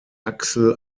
axel